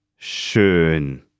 schön